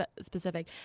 specific